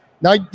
Now